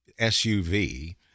SUV